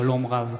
שלום רב,